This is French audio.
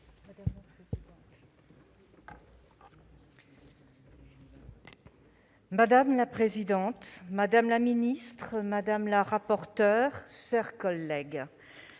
Madame la présidente, madame la ministre, madame la rapporteure, chère Jocelyne